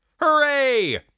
Hooray